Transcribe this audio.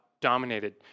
dominated